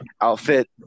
outfit